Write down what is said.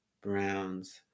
Browns